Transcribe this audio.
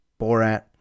Borat